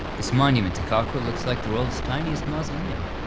this monument to cockrill looks like the world's tiniest mausoleum.